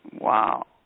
Wow